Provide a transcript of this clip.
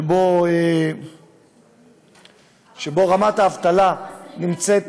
שבו רמת האבטלה נמצאת,